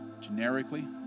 generically